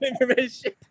information